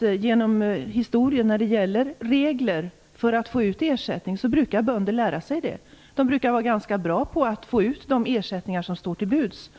dem? Genom historien kan man se att när det gäller regler för att få ut ersättning brukar bönderna lära sig dem. De brukar vara ganska bra på att få ut de ersättningar som står till buds.